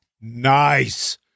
Nice